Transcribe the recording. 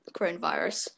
coronavirus